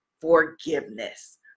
forgiveness